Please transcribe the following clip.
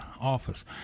office